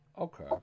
Okay